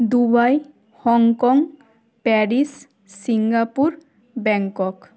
Dubai Hong Kong Paris Singapore Bangkok